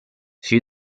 sui